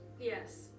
Yes